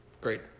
great